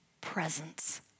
presence